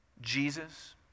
Jesus